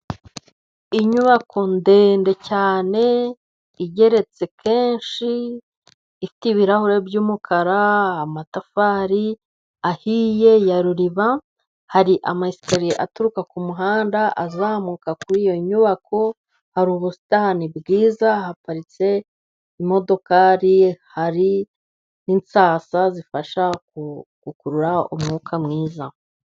Inyubako ndende cyane, igeretse kenshi, ifite ibirahure by'umukara, amatafari ahiye ya ruriba, hari ama esikariye aturuka ku muhanda azamuka kuri iyo nyubako, hari ubusitani bwiza, haparitse imodokari, hari n'insasa zifasha mu gukurura umwuka mwiza.